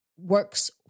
works